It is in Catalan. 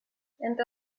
entre